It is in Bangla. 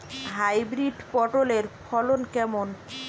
হাইব্রিড পটলের ফলন কেমন?